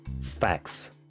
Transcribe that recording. Facts